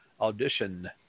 audition